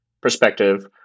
perspective